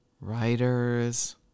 writers